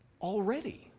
already